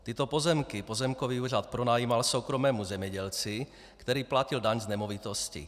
Tyto pozemky pozemkový úřad pronajímal soukromému zemědělci, který platil daň z nemovitosti.